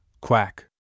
Quack